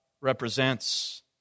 represents